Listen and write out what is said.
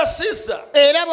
sister